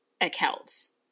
accounts